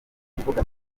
kuvuga